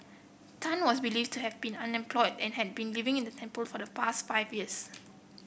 Tan was believed to have been unemployed and had been living in the temple for the past five years